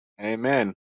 Amen